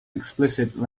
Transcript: explicit